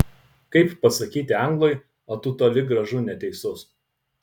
kaip pasakyti anglui o tu toli gražu neteisus